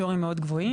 שיעורים מאוד גבוהים.